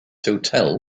hotel